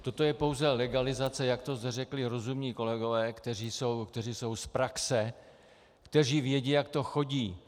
Toto je pouze legalizace, jak to řekli rozumní kolegové, kteří jsou z praxe, kteří vědí, jak to chodí.